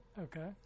Okay